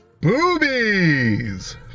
Boobies